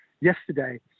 yesterday